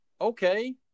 Okay